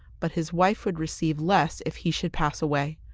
but his wife would receive less if he should pass away,